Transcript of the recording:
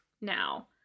now